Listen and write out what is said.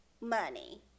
money